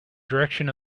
direction